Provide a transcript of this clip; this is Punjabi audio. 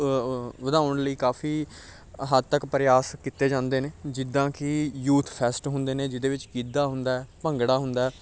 ਵਧਾਉਣ ਲਈ ਕਾਫੀ ਹੱਦ ਤੱਕ ਪਰਿਆਸ ਕੀਤੇ ਜਾਂਦੇ ਨੇ ਜਿੱਦਾਂ ਕਿ ਯੂਥ ਫੈਸਟ ਹੁੰਦੇ ਨੇ ਜਿਹਦੇ ਵਿੱਚ ਗਿੱਧਾ ਹੁੰਦਾ ਭੰਗੜਾ ਹੁੰਦਾ